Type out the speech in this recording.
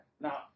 Now